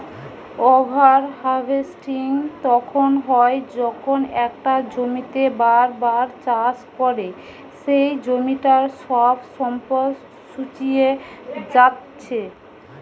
over harvesting তখন হয় যখন একটা জমিতেই বার বার চাষ করে সেই জমিটার সব সম্পদ শুষিয়ে জাত্ছে